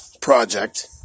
Project